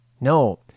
No